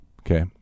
Okay